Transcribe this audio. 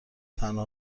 تنها